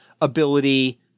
ability